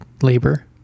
labor